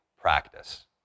practice